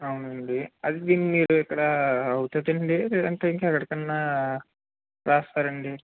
అవునండి అది దీన్ని మీరు ఇక్కడ అవుతుందండి లేదంటే ఇంకా ఎక్కడికైనా రాస్తారా అండి